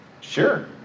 sure